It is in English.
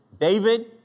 David